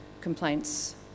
complaints